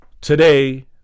today